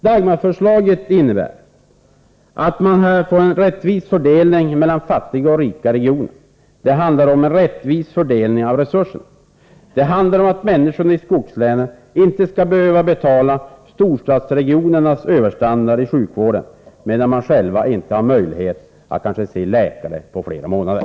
Dagmar-förslaget innebär att man får en rättvis fördelning mellan fattiga och rika regioner. Det handlar om en rättvis fördelning av resurserna. Det handlar om att människorna i skogslänen inte skall behöva betala storstadsregionernas överstandard i sjukvård, medan de själva inte har möjlighet att se en läkare på kanske flera månader.